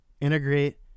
integrate